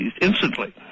instantly